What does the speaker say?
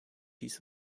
dies